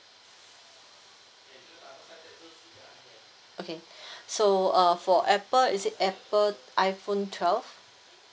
okay so uh for apple is it apple iphone twelve